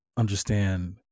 understand